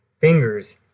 fingers